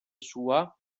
sua